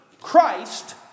Christ